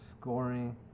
Scoring